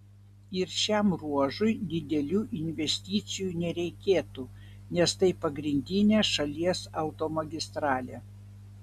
ir šiam ruožui didelių investicijų nereikėtų nes tai pagrindinė šalies automagistralė